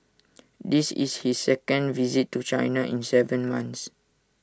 this is his second visit to China in Seven months